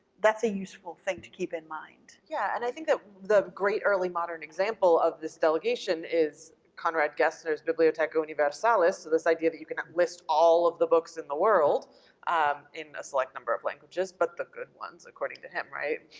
that's a useful thing to keep in mind. yeah and i think that the great early modern example of this delegation is conrad gessner's bibliotheca universalis. so this idea that you can list all of the books in the world um in a select number of languages, but the good ones, according to him, right,